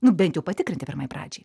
nu bent jau patikrinti pirmai pradžiai